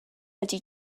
ydy